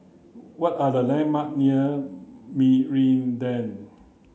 what are the landmark near Meridian